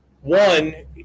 one